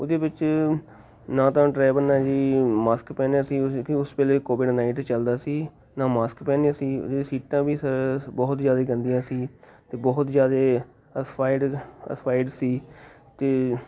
ਉਹਦੇ ਵਿੱਚ ਨਾ ਤਾਂ ਡਰਾਈਵਰ ਨੇ ਜੀ ਮਾਸਕ ਪਹਿਨਿਆ ਸੀ ਉਸ ਕਿਉਂਕਿ ਉਸ ਵੇਲੇ ਕੋਵਿਡ ਨਾਈਟੀ ਚੱਲਦਾ ਸੀ ਨਾ ਮਾਸਕ ਪਹਿਨਿਆ ਸੀ ਉਹਦੀ ਸੀਟਾਂ ਵੀ ਸਰ ਬਹੁਤ ਹੀ ਜ਼ਿਆਦੇ ਗੰਦੀਆਂ ਸੀ ਅਤੇ ਬਹੁਤ ਜ਼ਿਆਦੇ ਅਸਪਾਈਡ ਅਸਪਾਇਡ ਸੀ ਅਤੇ